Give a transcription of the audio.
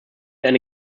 eine